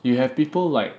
you have people like